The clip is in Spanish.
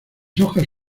hojas